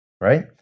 right